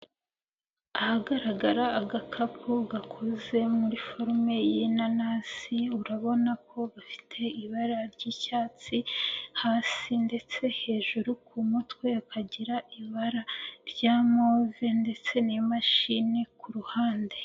Ahagaragara agakapu gakoze muri forume y'inanasi, urabona ko bafite ibara ry'icyatsi hasi ndetse hejuru ku mutwe hakagira ibara rya move ndetse n'imashini ku ruhande.